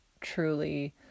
truly